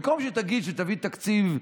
במקום שתגיד שתביא תקציב,